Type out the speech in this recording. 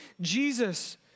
jesus